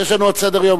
יש לנו עוד סדר-יום.